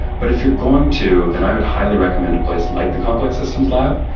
but if you're going to, then i would highly recommend a place like the complex systems lab.